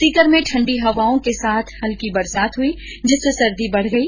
सीकर में ठण्डी हवाओ के साथ हल्की बरसात हुई जिससे सर्दी बढ़ गई